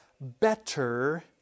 better